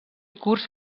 curts